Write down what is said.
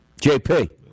JP